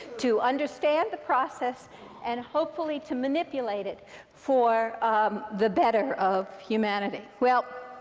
to understand the process and hopefully to manipulate it for the better of humanity? well,